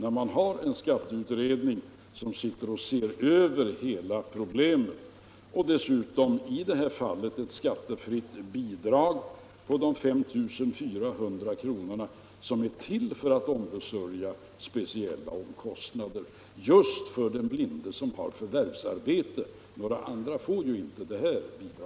Vi har en skatteutredning som ser över hela problemet, och dessutom utgår ett skattefritt bidrag på 5 400 kr., vilket är till för att täcka speciella omkostnader för blinda med förvärvsarbete. Några andra får ju inte detta